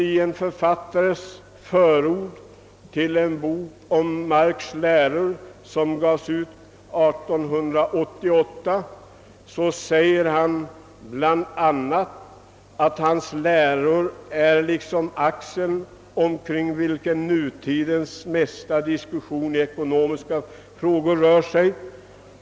I förordet till en bok om Marx” läror som utgavs 1888 säger författaren att »hans läror äro lika axeln, omkring vilken nutidens mesta diskussion i ekonomiska frågor rör sig».